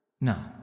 No